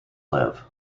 live